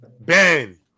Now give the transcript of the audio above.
Ben